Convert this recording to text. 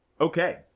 okay